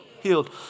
healed